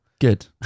Good